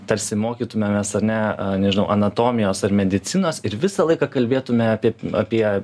tarsi mokytumėmės ar ne nežinau anatomijos ar medicinos ir visą laiką kalbėtume apie apie